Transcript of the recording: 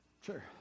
Sure